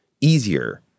easier